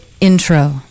intro